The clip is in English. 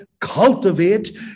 cultivate